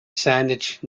saanich